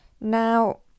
Now